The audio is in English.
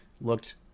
Looked